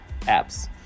apps